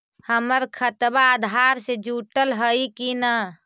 हमर खतबा अधार से जुटल हई कि न?